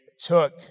took